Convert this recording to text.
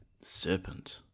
serpent